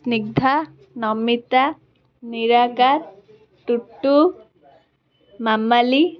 Snigdha Namita Nirakar Tutu Mamali